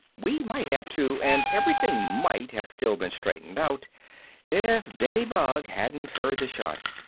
we might have too, and everything might have still been straightened out if benny bug hadn't heard the shot.